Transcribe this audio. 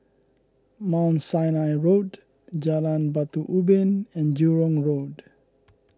Mount Sinai Road Jalan Batu Ubin and Jurong Road